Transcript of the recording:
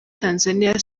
tanzania